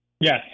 Yes